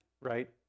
right